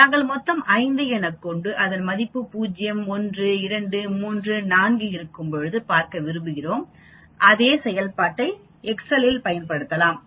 நாங்கள் மொத்தம் 5 எனக்கொண்டு அதன் மதிப்பு 0 1 2 3 4 இருக்கும்போது பார்க்க விரும்புகிறோம் அதே செயல்பாட்டை எக்சலிலும் பயன்படுத்தலாம்